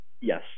Yes